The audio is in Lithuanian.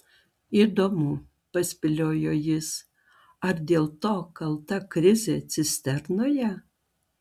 įdomu paspėliojo jis ar dėl to kalta krizė cisternoje